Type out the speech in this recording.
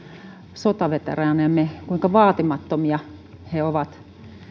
sotaveteraanejamme että kuinka vaatimattomia he ovat